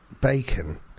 bacon